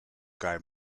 guy